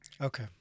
Okay